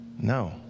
No